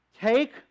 take